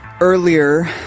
earlier